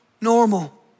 normal